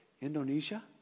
Indonesia